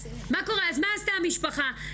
אז מה עשתה המשפחה,